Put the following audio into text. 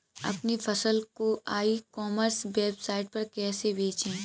अपनी फसल को ई कॉमर्स वेबसाइट पर कैसे बेचें?